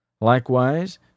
Likewise